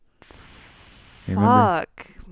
Fuck